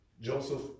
Joseph